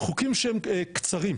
חוקים שהם קצרים,